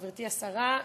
גברתי השרה,